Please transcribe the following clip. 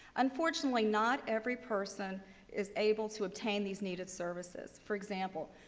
unfortunately, not every person is able to obtain these needed services. for example,